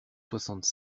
soixante